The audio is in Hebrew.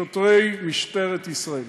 שוטרי משטרת ישראל.